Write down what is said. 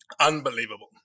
Unbelievable